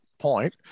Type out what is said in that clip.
Point